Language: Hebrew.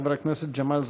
חבר הכנסת ג'מאל זחאלקה.